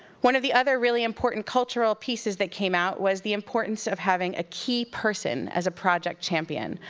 one of the other really important cultural pieces that came out, was the importance of having a key person as a project champion.